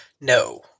No